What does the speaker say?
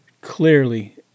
clearly